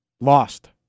lost